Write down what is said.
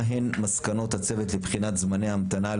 מהן מסקנות הצוות לבחינת זמני המתנה,